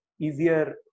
easier